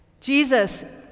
Jesus